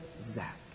Zach